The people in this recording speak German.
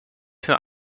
für